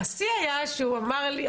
והשיא היה שהוא אמר לי,